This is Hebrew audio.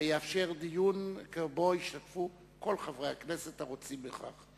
ויאפשר דיון שבו ישתתפו כל חברי הכנסת הרוצים בכך.